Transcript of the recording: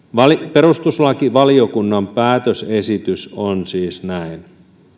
perustuslakivaliokunnan päätösesitys on siis näin